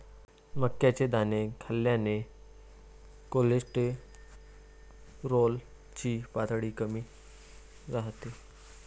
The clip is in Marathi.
मक्याचे दाणे खाल्ल्याने कोलेस्टेरॉल ची पातळी कमी राहते